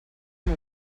amb